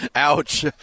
Ouch